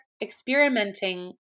experimenting